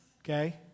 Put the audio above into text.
Okay